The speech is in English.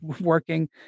working